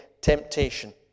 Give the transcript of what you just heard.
temptation